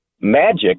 Magic